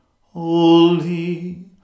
holy